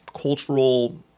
cultural